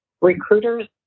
recruiters